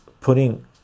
putting